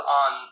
on